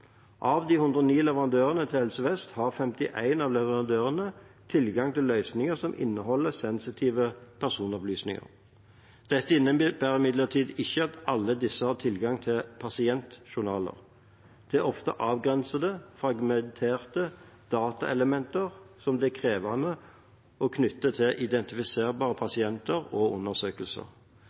Av de 129 leverandørene til Helse Vest har 51 av leverandørene tilgang til løsninger som inneholder sensitive personopplysninger. Dette innebærer imidlertid ikke at alle disse har tilgang til pasientjournaler. Det er ofte avgrensede, fragmenterte dataelementer som det er krevende å knytte til identifiserbare pasienter og undersøkelser.